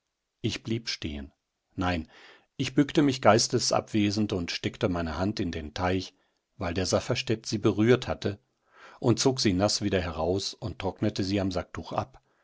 ich blieb stehen nein ich bückte mich geistesabwesend und steckte meine hand in den teich weil der safferstätt sie berührt hatte und zog sie naß wieder heraus und trocknete sie am sacktuch ab